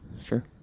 sure